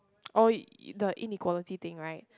oh the inequality thing right